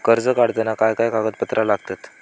कर्ज काढताना काय काय कागदपत्रा लागतत?